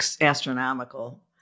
astronomical